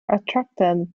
attracted